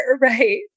right